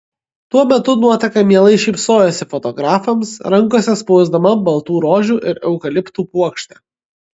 tuo metu nuotaka mielai šypsojosi fotografams rankose spausdama baltų rožių ir eukaliptų puokštę